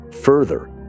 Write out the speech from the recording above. Further